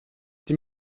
die